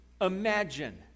imagine